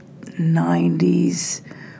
90s